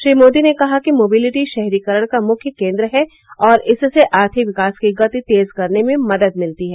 श्री मोदी ने कहा कि मोबिलिटी शहरीकरण का मुख्य केन्द्र है और इससे आर्थिक विकास की गति तेज करने में मदद मिलती है